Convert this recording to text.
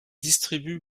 distribue